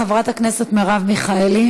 חברת הכנסת מרב מיכאלי,